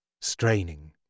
Straining